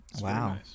Wow